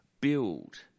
build